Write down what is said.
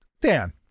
Dan